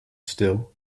still